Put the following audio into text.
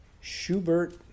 Schubert